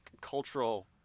cultural